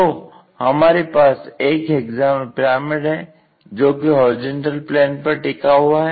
तो हमारे पास एक हेक्सागोनल पिरामिड है जोकि होरिजेंटल प्लेन पर टिका हुआ है